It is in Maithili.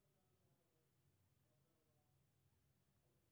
नैतिक बैंकिंग पारदर्शिता कें प्रोत्साहित करै छै आ आदर्श स्थापित करै छै